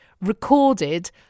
recorded